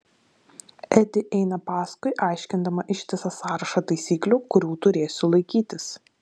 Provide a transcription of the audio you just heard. edi eina paskui aiškindama ištisą sąrašą taisyklių kurių turėsiu laikytis